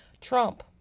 Trump